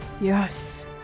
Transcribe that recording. Yes